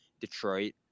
Detroit